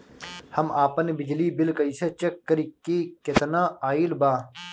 हम आपन बिजली बिल कइसे चेक करि की केतना आइल बा?